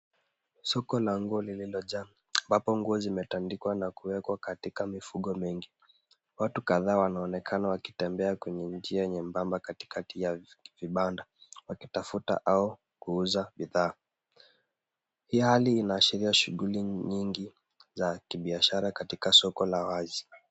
Soko la nguo lililojaa ambapo nguo zimetandikwa na kuwekwa katika mifuko mingi. Watu kadhaa wanaonekana wakitembea kwenye njia nyembamba katikati ya vibanda, wakitafuta au kuuza bidhaa. Hii hali inaashiria shughuli nyingi za kibiashara katika soko la wazi.